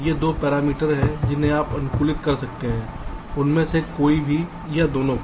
ये 2 पैरामीटर हैं जिन्हें आप अनुकूलित कर सकते हैं उनमें से कोई भी या दोनों को